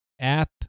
app